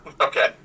Okay